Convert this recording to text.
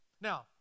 Now